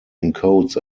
encodes